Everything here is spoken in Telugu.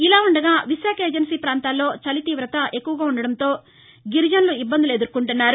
ఇలా ఉండగా విశాఖ ఏజెన్సీ ప్రాంతాల్లో చలిత్వత ఎక్కువగా ఉండడంతో గిరిజనులు ఇబ్బందులు ఎదుర్కొంటున్నారు